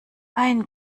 ein